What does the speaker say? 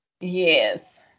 Yes